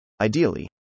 Ideally